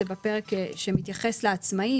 זה בפרק שמתייחס לעצמאי,